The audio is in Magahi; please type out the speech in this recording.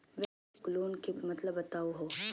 वैकल्पिक लोन के मतलब बताहु हो?